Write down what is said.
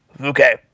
Okay